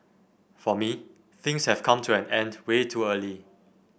for me things have come to an end way too early